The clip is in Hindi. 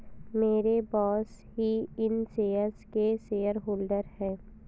मेरे बॉस ही इन शेयर्स के शेयरहोल्डर हैं